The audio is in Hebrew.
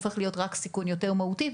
הופך להיות רק סיכון יותר מהותי,